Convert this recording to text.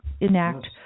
enact